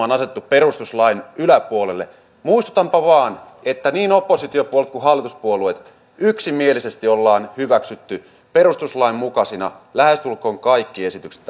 on asetettu perustuslain yläpuolelle muistutanpa vain että niin oppositiopuolueet kuin hallituspuolueet yksimielisesti olemme hyväksyneet perustuslain mukaisina lähestulkoon kaikki esitykset